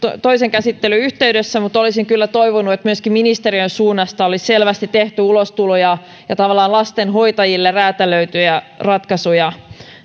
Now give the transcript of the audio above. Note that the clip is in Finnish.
toisen käsittelyn yhteydessä mutta olisin kyllä toivonut että myöskin ministeriön suunnasta olisi selvästi tehty ulostulo tavallaan lastenhoitajille räätälöidyistä ratkaisuista